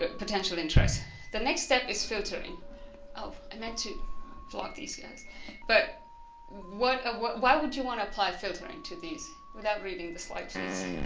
ah potential interest the next step is filtering oh i meant to flog these guys but what ah what why would you want to apply filtering to these without reading the slide please